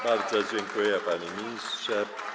Bardzo dziękuję, panie ministrze.